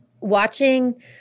watching